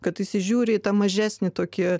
kad įsižiūri į tą mažesnį tokį